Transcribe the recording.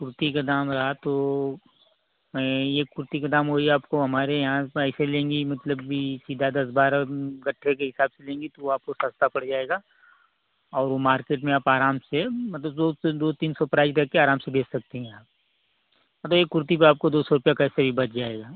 कुर्ती का दाम रहा तो यह कुर्ती का दाम वही आपको हमारे यहाँ ऐसे लेंगी मतलब कि सीधा दस बारह गट्ठर के हिसाब से लेंगी तो वह आपको सस्ता पड़ जाएगा और वह मार्केट में आप आराम से मतलब दो से दो तीन सौ प्राइज करके आराम से बेच सकती हैं आप हाँ तो एक कुर्ती पर आपको दो सौ रुपये कैसे भी बच जाएगा